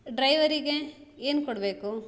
ಡ್ರೈವರಿಗೆ ಏನು ಕೊಡಬೇಕು